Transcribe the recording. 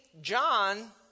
John